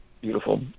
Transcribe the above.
beautiful